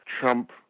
Trump